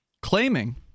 claiming